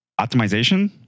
optimization